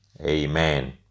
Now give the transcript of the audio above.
Amen